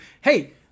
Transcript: hey